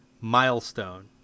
Milestone